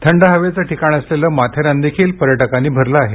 थंड हवेचं ठिकाण असलेलं माथेरान देखील पर्यटकांनी भरलं आहे